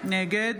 נגד